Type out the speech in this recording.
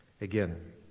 Again